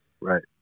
Right